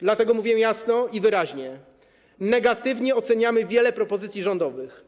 Dlatego mówię jasno i wyraźnie: negatywnie oceniamy wiele propozycji rządowych.